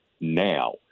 now